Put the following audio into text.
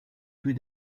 tous